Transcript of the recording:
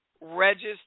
register